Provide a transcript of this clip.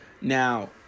Now